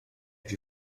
più